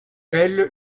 elle